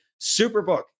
Superbook